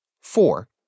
Four